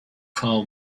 call